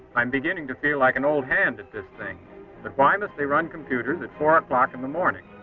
i'm beginning to feel like an old hand at this thing. but why must they run computers at four o'clock in the morning?